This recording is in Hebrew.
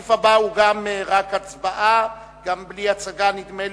הסעיף הבא גם הוא רק להצבעה, בלי הצגה, נדמה לי,